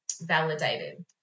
validated